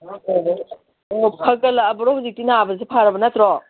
ꯑꯣ ꯐꯒꯠꯂꯛꯑꯕꯔꯣ ꯍꯧꯖꯤꯛꯇꯤ ꯅꯥꯕꯁꯨ ꯐꯔꯕ ꯅꯠꯇ꯭ꯔꯣ